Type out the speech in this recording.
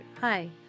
Hi